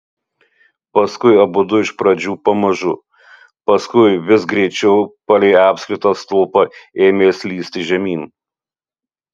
paskui abudu iš pradžių pamažu paskui vis greičiau palei apskritą stulpą ėmė slysti žemyn